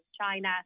China